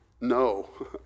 No